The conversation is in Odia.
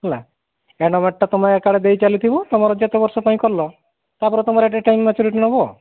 ହେଲା ଏଣ୍ଡାମେଣ୍ଟ୍ଟା ତମେ ଏକାବେଳେ ଦେଇ ଚାଲିଥିବ ତମର ଯେତେ ବର୍ଷ ପାଇଁ କଲ ତାପରେ ତମର ଡେ ଟାଇମ୍ ମ୍ୟାଚୁରିଟି ନେବ